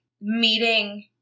meeting